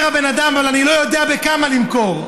אומר הבן אדם: אבל אני לא יודע בכמה למכור.